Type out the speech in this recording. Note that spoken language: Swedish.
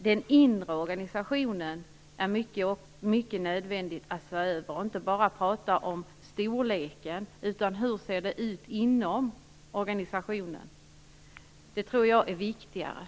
Det är nödvändigt att se över den inre organisationen. Jag tror att det är viktigare. Det går inte att bara prata om storleken.